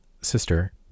sister